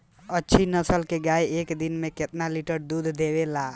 अच्छी नस्ल क गाय एक दिन में केतना लीटर दूध देवे ला?